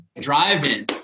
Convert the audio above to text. drive-in